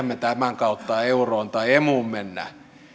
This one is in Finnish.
me tämän kautta euroon tai emuun mennä